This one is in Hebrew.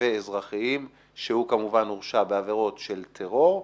ואזרחיים והורשע בעבירות של טרור,